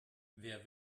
wer